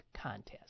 contest